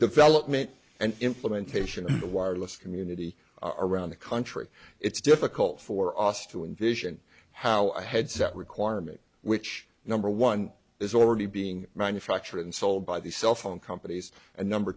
development and implementation of the wireless community around the country it's difficult for us to envision how a headset requirement which number one is already being manufactured and sold by these cell phone companies and number